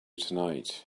tonight